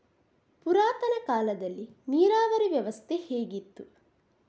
ಪುರಾತನ ಕಾಲದಲ್ಲಿ ನೀರಾವರಿ ವ್ಯವಸ್ಥೆ ಹೇಗಿತ್ತು?